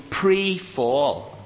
pre-fall